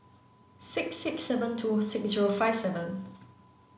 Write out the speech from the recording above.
six six seven two six zero five seven